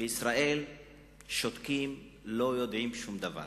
בישראל שותקים, לא יודעים שום דבר.